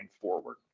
forward